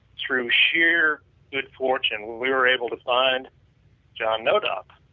through shear good fortune we were able to find john nodop,